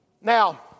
Now